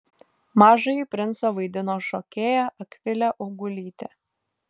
mažąjį princą vaidino šokėja akvilė augulytė